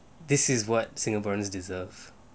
this is what singaporeans deserve